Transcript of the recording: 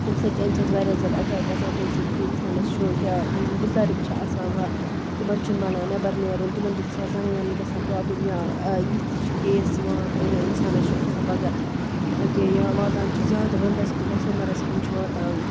اَمۍ سۭتۍ چھِ اَمۍ سۭتۍ واریاہ اٮ۪ٹیک گژھان چھِ أسۍ یہِ کہِ اِنسانَس چھُ کیٛاہ بٕزرٕگ چھِ آسان وَ تِمَن چھُنہٕ بَنان نٮ۪بَر نیرُن تِمَن چھِ گژھان زنٛگَن گژھان پرٛابلِم یا یِتھ تہِ چھِ کیس یِوان یہِ اِنسانَس چھُ گژھان پَگاہ کہِ یہِ واتان چھِ زیادٕ وَندَس کُن ڈٮ۪سمبَرَس کُن چھُ واتان